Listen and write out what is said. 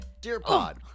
Dearpod